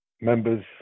members